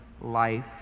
life